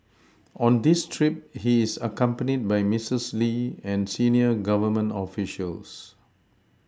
on this trip he is accompanied by Misses Lee and senior Government officials